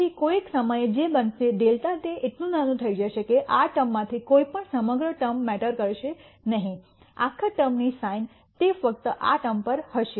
તેથી કોઈક સમયે જે બનશે δ તે એટલું નાનું થઈ જશે કે આ ટર્મ માંથી કોઈ પણ સમગ્ર ટર્મ મેટર કરશે નહિ આખા ટર્મ ની સાઈન તે ફક્ત આ ટર્મ પર હશે